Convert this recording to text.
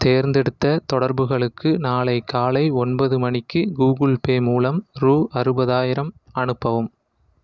தேர்ந்தெடுத்த தொடர்புகளுக்கு நாளை காலை ஒன்பது மணிக்கு கூகிள் பே மூலம் ரூ அறுபதாயிரம் அனுப்பவும்